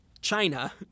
China